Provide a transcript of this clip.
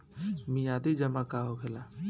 मियादी जमा का होखेला?